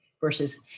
versus